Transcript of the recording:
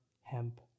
hemp